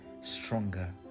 stronger